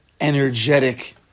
energetic